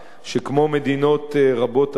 שכמו מדינות רבות אחרות,